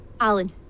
Alan